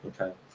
okay